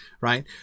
right